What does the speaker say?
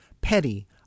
Petty